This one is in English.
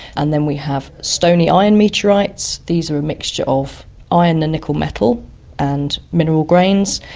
and then we have stony iron meteorites, these are a mixture of iron and nickel metal and mineral grains,